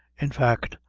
in fact,